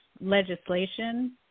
legislation